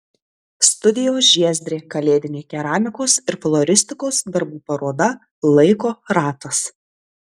studijos žiezdrė kalėdinė keramikos ir floristikos darbų paroda laiko ratas